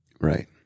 Right